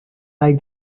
like